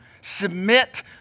submit